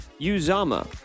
Uzama